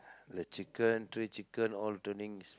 the chicken three chicken all turning is